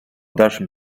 dalszym